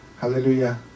Hallelujah